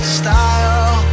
style